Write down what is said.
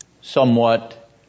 somewhat